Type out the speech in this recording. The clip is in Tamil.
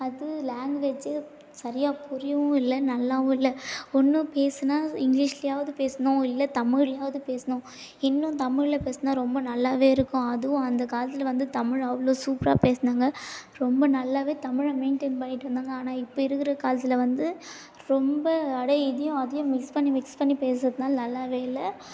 அது லாங்குவேஜூ சரியாக புரியவும் இல்லை நல்லாவும் இல்லை ஒன்று பேசுனால் இங்கிலீஷ்லையாவது பேசணும் இல்லை தமிழ்லேயாவது பேசணும் இன்னும் தமிழில் பேசினா ரொம்ப நல்லாவே இருக்கும் அதுவும் அந்த காலத்தில் வந்து தமிழ் அவ்வளோ சூப்பராக பேசினாங்க ரொம்ப நல்லாவே தமிழை மெயின்டெயின் பண்ணிகிட்டு இருந்தாங்க ஆனால் இப்போ இருக்கிற காலத்தில் வந்து ரொம்ப அப்படியே இதையும் அதையும் மிக்ஸ் பண்ணி மிக்ஸ் பண்ணி பேசுறதனால நல்லாவே இல்லை